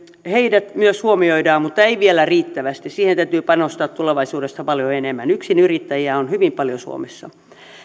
heidät myös huomioidaan mutta ei vielä riittävästi siihen täytyy panostaa tulevaisuudessa paljon enemmän yksinyrittäjiä on hyvin paljon suomessa